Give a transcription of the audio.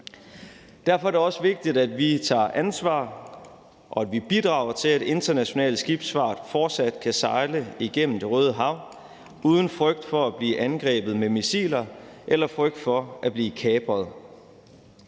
Derfor er det også vigtigt, at vi tager ansvar, og at vi bidrager til, at international skibsfart fortsat kan sejle igennem Det Røde Hav uden frygt for at blive angrebet med missiler eller frygt for at blive kapret.